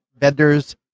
Vendors